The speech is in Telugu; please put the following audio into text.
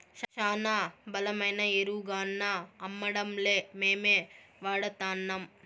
శానా బలమైన ఎరువుగాన్నా అమ్మడంలే మేమే వాడతాన్నం